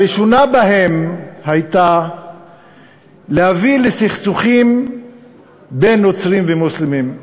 הראשונה בהן הייתה להביא לסכסוכים בין נוצרים למוסלמים.